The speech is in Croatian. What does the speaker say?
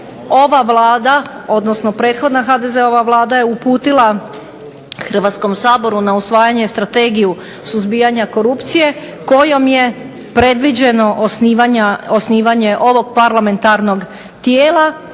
ova Vlada, odnosno prethodna HDZ-ova Vlada je uputila Hrvatskog saboru na usvajanje Strategiju suzbijanja korupcije kojom je predviđeno osnivanje ovog parlamentarnog tijela